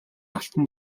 алтан